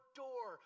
door